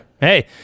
Hey